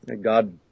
God